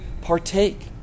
partake